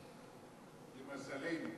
למזלנו.